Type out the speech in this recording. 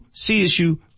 CSU